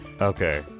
Okay